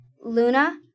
Luna